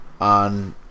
on